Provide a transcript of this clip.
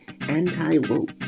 anti-woke